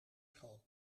school